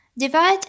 Divide